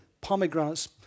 pomegranates